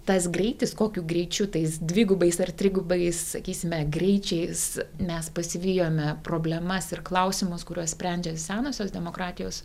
tas greitis kokiu greičiu tais dvigubais ar trigubais sakysime greičiais mes pasivijome problemas ir klausimus kuriuos sprendžia ir senosios demokratijos